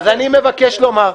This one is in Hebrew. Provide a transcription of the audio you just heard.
אז אני מבקש לומר,